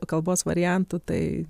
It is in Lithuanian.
kalbos variantu tai